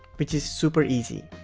which is super easy.